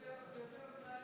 יותר מנהלים כושלים.